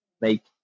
make